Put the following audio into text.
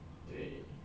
对